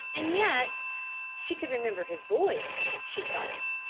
and yet she could remember his voice, she thought,